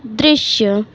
दृश्य